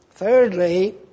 Thirdly